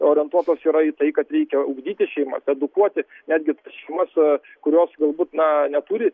orientuotos yra į tai kad reikia ugdyti šeimą edukuoti netgi šiuos kurios galbūt na neturi